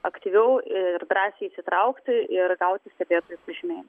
aktyviau ir drąsiai įsitraukti ir gauti stebėtojų pažymėj